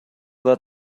let